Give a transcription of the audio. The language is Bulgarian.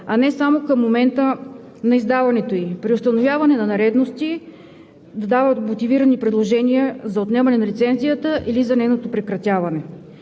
а не само към момента на издаването ѝ, преустановяване на нередности – да дават мотивирани предложения за отнемане на лицензията или за нейното прекратяване.